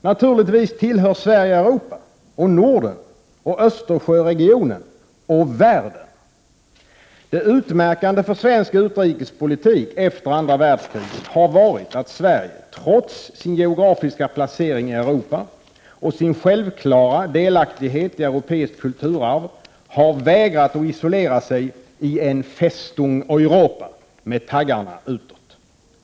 Naturligtvis tillhör Sverige Europa. Och Norden. Och Östersjöregionen. Och Världen. Det utmärkande för svensk utrikespolitik efter andra världskriget har varit att Sverige, trots sin geografiska placering i Europa och sin självklara delaktighet i europeiskt kulturarv, har vägrat att isolera sig i en Festung Europa med taggarna utåt.